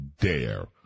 dare